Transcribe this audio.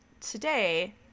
today